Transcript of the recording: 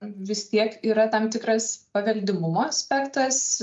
vis tiek yra tam tikras paveldimumo aspektas